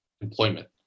employment